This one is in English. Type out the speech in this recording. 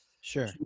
Sure